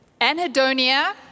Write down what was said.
anhedonia